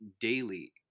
daily